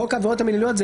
חוק העבירות המינהליות,